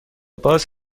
باز